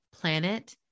planet